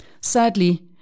Sadly